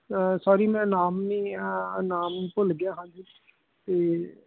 sorry ਮੈਂ ਨਾਮ ਨਹੀਂ ਨਾਮ ਭੁੱਲ ਗਿਆ ਹਾਂਜੀ ਅਤੇ